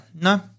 No